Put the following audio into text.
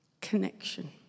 connection